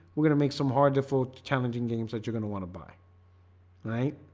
we're gonna make some hard therefore challenging games that you're gonna want to buy right